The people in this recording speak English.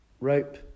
rope